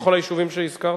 בכל היישובים שהזכרת?